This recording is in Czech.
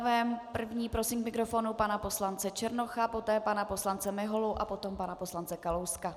Jako prvního prosím k mikrofonu pana poslance Černocha, poté pana poslance Miholu a potom pana poslance Kalouska.